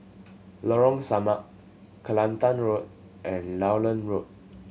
Lorong Samak Kelantan Road and Lowland Road